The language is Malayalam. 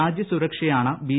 രാജ്യസുരക്ഷയാണ് ബി